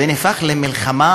זה נהפך למלחמה